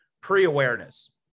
Pre-awareness